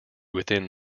within